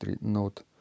note